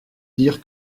dire